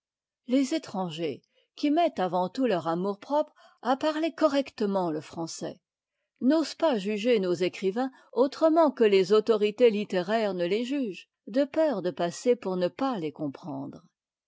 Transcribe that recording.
les étrangers qui mettent avant tout leur amour-propre à parler correctement le français n'osent pas juger nos écrivains autrement que les autorités littéraires ne les jugent de peur de passer pour ne pas les comprendre